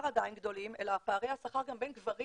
עדיין גדולים אלא פערי השכר גם בין גברים